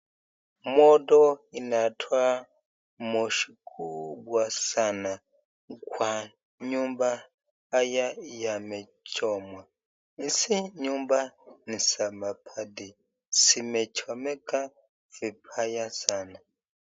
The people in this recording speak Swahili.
Moto inatoa moshi huu wa sana, kwa nyumba haya yamechomwa. Hizi nyumba ni za mabati zimechomeka vibaya sana.